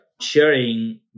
sharing